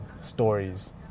stories